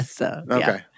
Okay